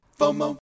FOMO